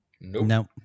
No